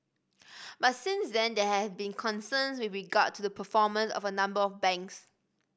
but since then there have been concerns with regard to the performance of a number of banks